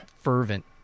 fervent